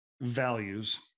Values